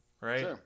right